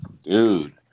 Dude